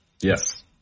Yes